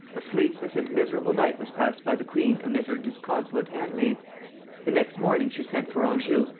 a sleepless and miserable night was passed by the queen amid her disconsolate handmaids the next morning she sent for anjou,